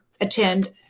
attend